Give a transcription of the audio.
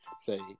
say